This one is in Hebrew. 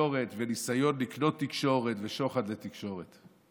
בתקשורת וניסיון לקנות תקשורת ושוחד לתקשורת.